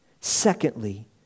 Secondly